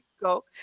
Go